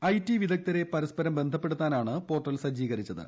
I T വിദഗ്ധരെ പരസ്പരം ബന്ധപ്പെടുത്താനാണ് പോർട്ടൽ സജ്ജീകരിച്ചത്